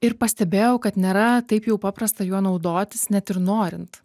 ir pastebėjau kad nėra taip jau paprasta juo naudotis net ir norint